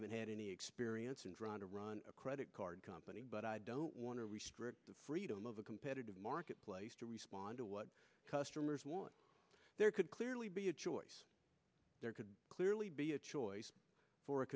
haven't had any experience in front of run a credit card company but i don't want to restrict the freedom of a competitive marketplace to respond to what customers want there could clearly be a choice there could clearly be a choice for